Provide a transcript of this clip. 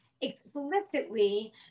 explicitly